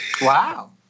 Wow